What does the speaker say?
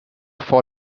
vor